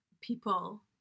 people